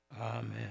Amen